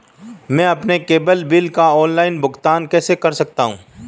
मैं अपने cable bill का ऑनलाइन भुगतान कैसे कर सकता हूं?